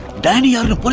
danny and but